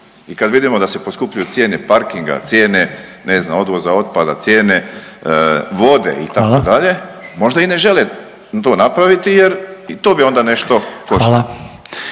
i kad vidimo da se poskupljuju cijene parkinga, cijene ne znam odvoza otpada, cijene vode itd. …/Upadica Reiner: Hvala/…možda i ne žele to napraviti jer i to bi onda nešto